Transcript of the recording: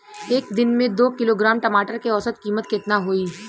एक दिन में दो किलोग्राम टमाटर के औसत कीमत केतना होइ?